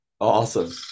awesome